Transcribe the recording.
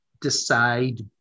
decide